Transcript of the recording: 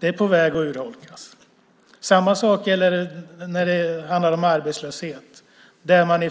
är på väg att urholkas. Samma sak är det när det handlar om arbetslöshet.